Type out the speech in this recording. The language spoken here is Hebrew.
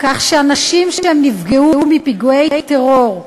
כך שאנשים שנפגעו בפיגועי טרור,